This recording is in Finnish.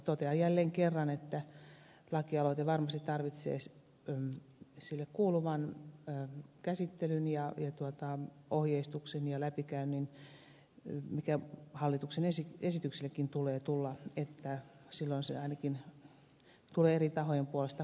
totean jälleen kerran että lakialoite varmasti tarvitsee sille kuuluvan käsittelyn ja ohjeistuksen ja läpikäynnin mikä hallituksen esityksillekin tulee tulla jotta silloin se ainakin tulee eri tahojen puolesta kuulluksi